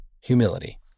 Humility